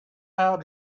how